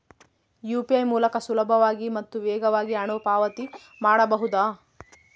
UPI ಮೂಲಕ ಸುಲಭವಾಗಿ ಮತ್ತು ವೇಗವಾಗಿ ಹಣ ಪಾವತಿ ಮಾಡಬಹುದಾ?